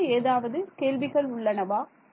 வேறு ஏதாவது கேள்விகள் உள்ளனவா